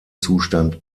zustand